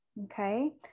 okay